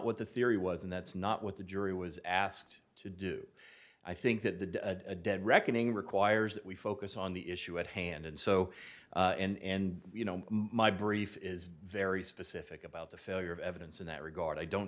what the theory was and that's not what the jury was asked to do i think that the a dead reckoning requires that we focus on the issue at hand and so and you know my brief is very specific about the failure of evidence in that regard i don't